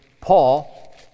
Paul